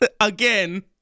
Again